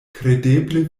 kredeble